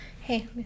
hey